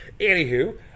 anywho